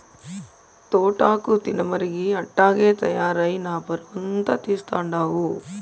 తోటాకు తినమరిగి అట్టాగే తయారై నా పరువంతా తీస్తండావు